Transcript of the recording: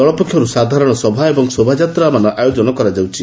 ଦଳ ପକ୍ଷରୁ ସାଧାରଣ ସଭା ଏବଂ ଶୋଭାଯାତ୍ରାମାନର ଆୟୋଜନ କରାଯାଉଛି